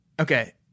Okay